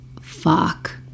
fuck